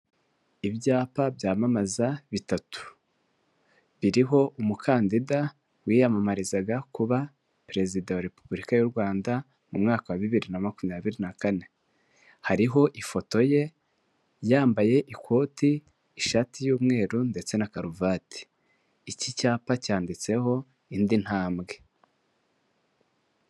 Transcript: Ibyapa byamamaza bitatu biriho umukandida wiyamamarizaga kuba perezida wa repubulika y'u Rwanda mu mwaka wa bibiri na makumyabiri na kane hariho ifoto ye yambaye ikoti, ishati y'umweru ndetse na karuvati. Iki cyapa cyanditseho indi ntambwe.